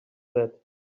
that